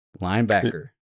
Linebacker